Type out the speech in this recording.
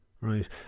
Right